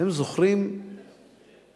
אתם זוכרים "טרכטנברג",